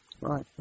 Right